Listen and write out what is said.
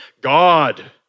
God